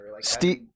Steve